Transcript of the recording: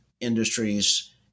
industries